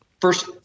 first